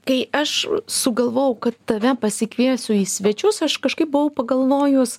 kai aš sugalvojau kad tave pasikviesiu į svečius aš kažkaip buvau pagalvojus